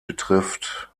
betrifft